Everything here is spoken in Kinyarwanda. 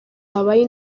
habaye